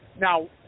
Now